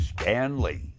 Stanley